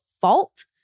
fault